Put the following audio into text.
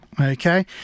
Okay